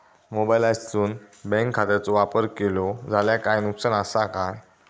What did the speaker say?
मोबाईलातसून बँक खात्याचो वापर केलो जाल्या काय नुकसान असा काय?